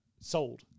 Sold